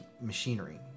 machinery